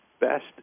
best